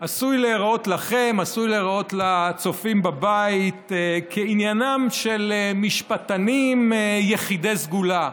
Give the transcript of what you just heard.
עשוי להיראות כעניינם של משפטנים יחידי סגולה,